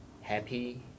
happy